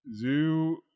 Zoo